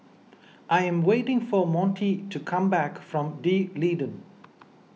I am waiting for Monty to come back from D'Leedon